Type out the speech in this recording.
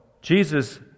Jesus